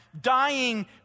dying